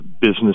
business